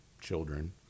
children